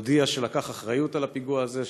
הודיע שלקח אחריות לפיגוע הזה,